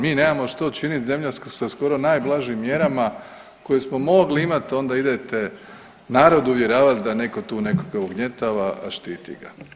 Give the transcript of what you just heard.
Mi nemamo što činiti zemlja sa skoro najblažim mjerama koje smo mogli imat onda idete narod uvjeravat da neko tu nekoga ugnjetava, a štiti ga.